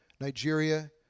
Nigeria